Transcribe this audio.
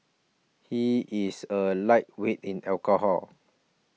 he is a lightweight in alcohol